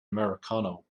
americano